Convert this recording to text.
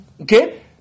Okay